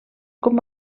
com